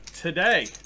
today